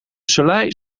soleil